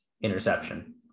interception